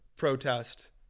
protest